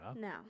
No